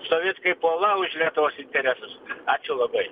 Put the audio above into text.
stovėt kaip uola už lietuvos interesus ačiū labai